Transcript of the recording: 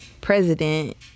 president